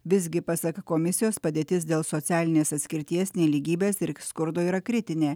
visgi pasak komisijos padėtis dėl socialinės atskirties nelygybės ir skurdo yra kritinė